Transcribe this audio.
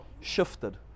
shifted